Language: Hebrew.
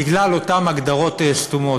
בגלל אותן הגדרות סתומות.